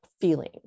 feeling